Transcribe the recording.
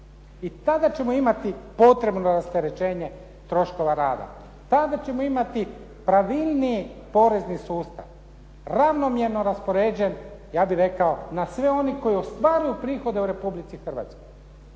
I tada ćemo imati potrebno rasterećenje troškova rada, tada ćemo imati pravilniji porezni sustav, ravnomjerno raspoređen ja bih rekao na sve one koji ostvaruju prihode u Republici Hrvatskoj.